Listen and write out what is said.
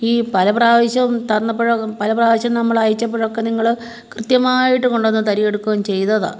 ഈ പല പ്രാവശ്യം തന്നപ്പഴും പല പ്രാവശ്യം നമ്മൾ അയച്ചപ്പോഴക്കെ നിങ്ങൾ കൃത്യമായിട്ട് കൊണ്ട് വന്ന് തരികേം എടുക്കുവോം ചെയ്തതാണ്